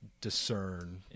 discern